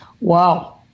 Wow